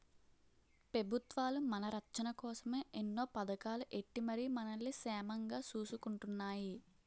పెబుత్వాలు మన రచ్చన కోసమే ఎన్నో పదకాలు ఎట్టి మరి మనల్ని సేమంగా సూసుకుంటున్నాయి